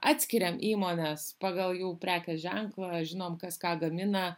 atskiriam įmones pagal jų prekės ženklą žinom kas ką gamina